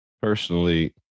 personally